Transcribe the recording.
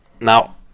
Now